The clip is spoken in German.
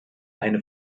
eine